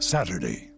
Saturday